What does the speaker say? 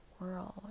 world